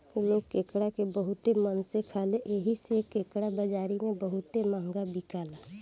लोग केकड़ा के बहुते मन से खाले एही से केकड़ा बाजारी में बहुते महंगा बिकाला